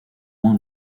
moins